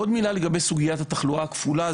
עוד מילה לגבי סוגיית התחלואה הכפולה,